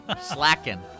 Slacking